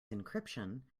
encryption